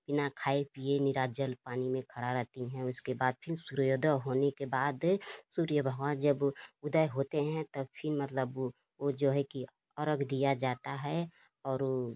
बिना खाए पीए नीराजल पानी में खड़ी रहती हैं उसके बाद फिर सूर्योदय होने के बाद सूर्य भगवान जब उदय होते हैं तब फिर मतलब वह वह जो है कि अरक दिया जाता है और वह